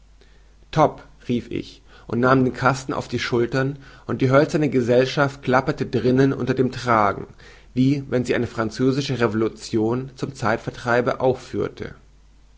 topp rief ich und nahm den kasten auf die schultern und die hölzerne gesellschaft klapperte drinnen unter dem tragen wie wenn sie eine französische revoluzion zum zeitvertreibe aufführte